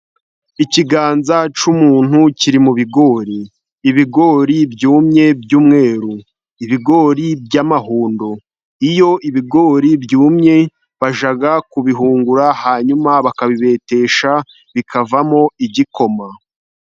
Ikiganza cy'umuntu kiri mu bigori. Ibigori byumye by'umweru. Ibigori by'amahundo. Iyo ibigori byumye bajya kubihungura, hanyuma bakabibetesha bikavamo igikoma.